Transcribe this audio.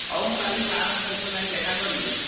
ହେଉ ମୁଁ କାଲି ସାର୍ଙ୍କ ସହିତ ଯାଇ ଦେଖାକରିବି